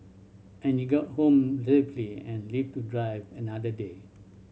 and you get home safely and live to drive another day